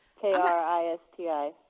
K-R-I-S-T-I